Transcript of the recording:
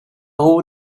all